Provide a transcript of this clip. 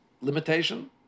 limitation